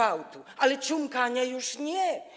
Ale ciumkanie już nie.